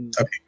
Okay